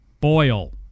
Boil